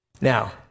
Now